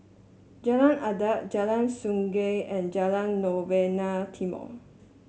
Jalan Adat Jalan Sungei and Jalan Novena Timor